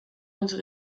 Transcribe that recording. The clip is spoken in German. unter